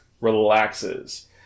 relaxes